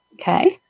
Okay